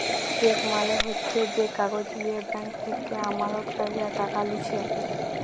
check মালে হচ্যে যে কাগজ লিয়ে ব্যাঙ্ক থেক্যে আমালতকারীরা টাকা লিছে